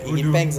bodoh